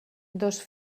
dos